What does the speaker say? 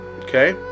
Okay